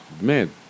man